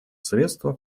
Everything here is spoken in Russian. средства